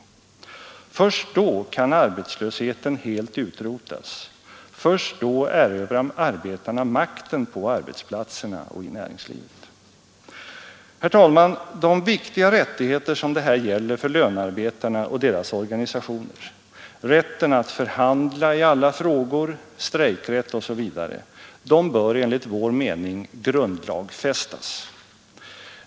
Först då 24 maj 1973 kan arbetslösheten helt utrotas, först då erövrar arbetarna makten på arbetsplatserna och i näringslivet. Herr talman! De viktiga rättigheter som det här gäller för lönarbetarna och deras organisationer — rätten att förhandla i alla frågor, strejkrätt osv. — bör enligt vår mening grundlagfästas.